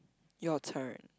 your turn